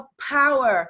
power